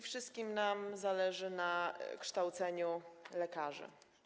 Wszystkim nam zależy na kształceniu lekarzy.